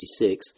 1966